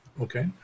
Okay